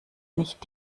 nicht